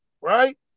Right